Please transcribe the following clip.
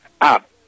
up